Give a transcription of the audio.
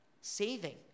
saving